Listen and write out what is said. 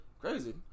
crazy